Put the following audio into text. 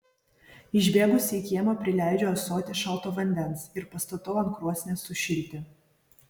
išbėgusi į kiemą prileidžiu ąsotį šalto vandens ir pastatau ant krosnies sušilti